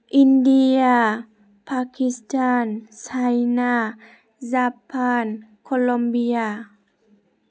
India Pakistan China Japan Colombia